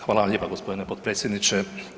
Hvala vam lijepa g. potpredsjedniče.